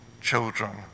children